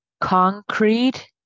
concrete